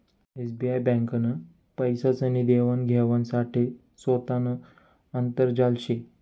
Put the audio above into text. SBI ब्यांकनं पैसासनी देवान घेवाण साठे सोतानं आंतरजाल शे